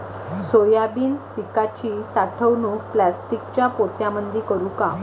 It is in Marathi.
सोयाबीन पिकाची साठवणूक प्लास्टिकच्या पोत्यामंदी करू का?